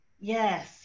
Yes